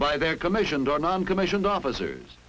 by their commissions or noncommissioned officers